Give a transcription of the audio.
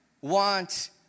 want